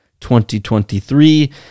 2023